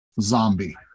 zombie